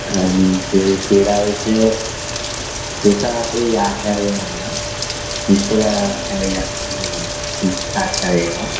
अहं क्री क्रीडाविषये पितापि आचार्यः एव संस्कृता संस्कृत आचार्यः एव